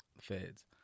Feds